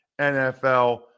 NFL